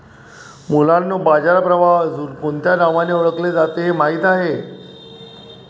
मुलांनो बाजार प्रभाव अजुन कोणत्या नावाने ओढकले जाते हे माहित आहे?